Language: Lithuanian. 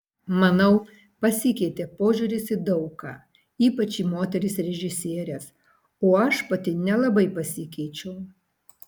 manau pasikeitė požiūris į daug ką ypač į moteris režisieres o aš pati nelabai pasikeičiau